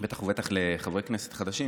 בטח ובטח לחברי כנסת חדשים,